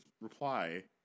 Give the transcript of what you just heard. reply